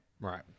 right